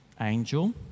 angel